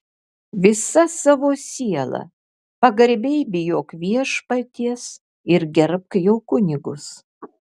visa savo siela pagarbiai bijok viešpaties ir gerbk jo kunigus